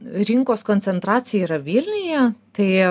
rinkos koncentracija yra vilniuje tai